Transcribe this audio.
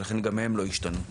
ולכן גם הן לא ישתנו.